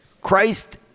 Christ